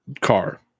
car